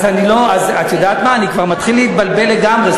אז את יודעת מה, אני מתחיל להתבלבל לגמרי.